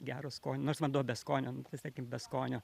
gero skonio nors vanduo beskonio sakykim beskonio